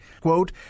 quote